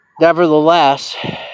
Nevertheless